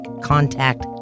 contact